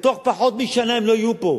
ובתוך פחות משנה הם לא יהיו פה.